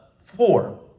four